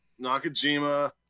Nakajima